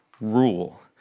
Rule